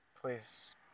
please